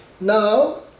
Now